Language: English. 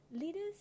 leaders